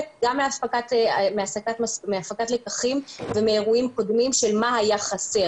מהפקת לקחים ומאירועים קודמים של מה היה חסר.